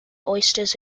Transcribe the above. oysters